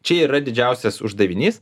čia yra didžiausias uždavinys